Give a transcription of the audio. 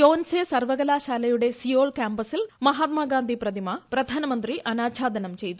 യോൻസെ സർവ്വകലാശാലയുടെ സിയോൾ ക്യാമ്പസിൽ മഹാത്മാഗാന്ധി പ്രതിമ പ്രധാനമന്ത്രി അനാച്ഛാദനം ചെയ്യതു